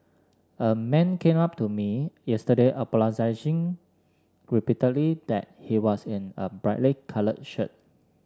a man came up to me yesterday apologising repeatedly that he was in a brightly coloured shirt